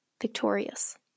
victorious